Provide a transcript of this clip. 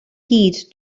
heed